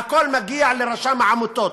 והכול מגיע לרשם העמותות.